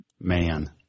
Man